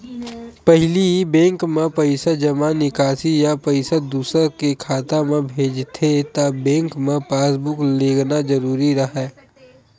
पहिली बेंक म पइसा जमा, निकासी या पइसा दूसर के खाता म भेजथे त बेंक म पासबूक लेगना जरूरी राहय